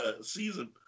season